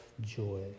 joy